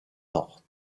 nord